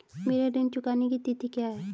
मेरे ऋण चुकाने की तिथि क्या है?